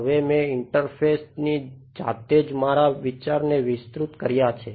હા ત્યાં એક ઇન્ટરફેસ કર્યા છે